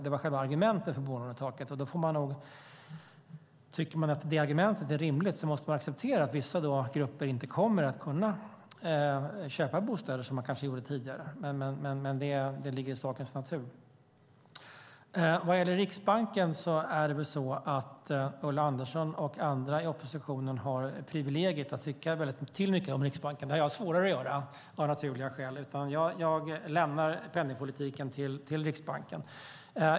Det var själva argumentet för bolånetaket, och tycker man att det argumentet är rimligt måste man också acceptera att vissa grupper inte kommer att kunna köpa bostäder som man kanske kunde tidigare. Det ligger i sakens natur. Vad gäller Riksbanken är det väl så att Ulla Andersson och andra i oppositionen har privilegiet att tycka till väldigt mycket om Riksbanken. Det har jag av naturliga skäl svårare att göra. Jag lämnar penningpolitiken till Riksbanken.